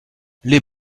les